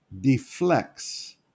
deflects